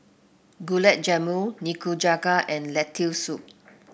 Gulab Jamun Nikujaga and Lentil Soup